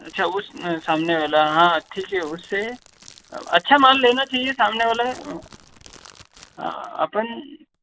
अच्छा उस सामने वाला हाँ ठीक है उससे अच्छा मान लेना चाहिए सामने वाला अपन